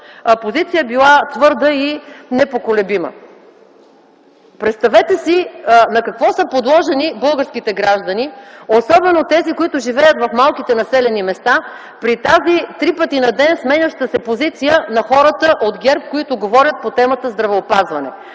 позиция била твърда и непоколебима. Представете си на какво са подложени българските граждани, особено тези, които живеят в малките населени места, при тази три пъти на ден сменяща се позиция на хората от ГЕРБ, които говорят по темата здравеопазване.